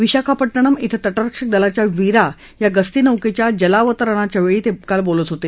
विशाखापट्टणम क्रि तटरक्षक दलाच्या वीरा या गस्तीनौकेच्या जलावतरणाच्यावेळी ते काल बोलत होते